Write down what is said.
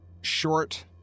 short